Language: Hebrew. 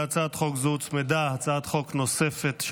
להצעת חוק זו הוצמדה הצעת חוק נוספת,